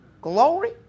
Glory